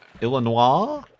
Illinois